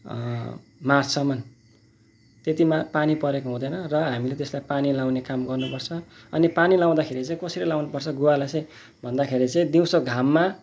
मार्चसम्म त्यतिमा पानी परेको हुँदैन र हामीले त्यसलाई पानी लगाउने काम गर्नु पर्छ अनि पानी लाउँदाखेरि चाहिँ कसरी लाउनु पर्छ गुवालाई चाहिँ भन्दाखेरि चाहिँ दिउँसो घाममा